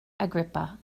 agrippa